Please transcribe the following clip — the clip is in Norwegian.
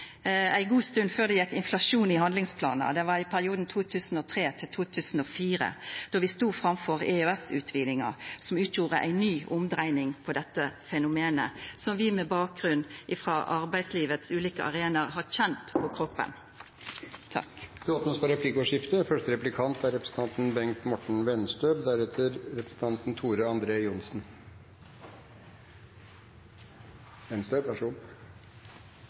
ei god stund før det gjekk inflasjon i handlingsplanar. Det var i perioden 2003–2004, då vi stod framfor EØS-utvidinga, som utgjorde ei ny omdreiing på dette fenomenet, som vi med bakgrunn frå arbeidslivets ulike arenaer har kjent på kroppen. Det blir replikkordskifte. Jeg tror de fleste – selv om man er